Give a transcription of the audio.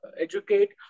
Educate